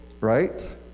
right